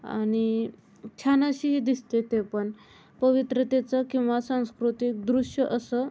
आणि छान अशीही दिसते ते पण पवित्रतेचं किंवा सांस्कृतिक दृश्य असं